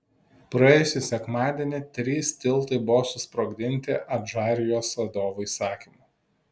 praėjusį sekmadienį trys tiltai buvo susprogdinti adžarijos vadovų įsakymu